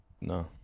No